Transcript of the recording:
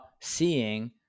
seeing